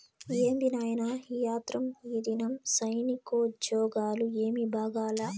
ఏంది నాయినా ఈ ఆత్రం, ఈదినం సైనికోజ్జోగాలు ఏమీ బాగాలా